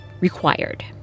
required